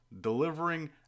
delivering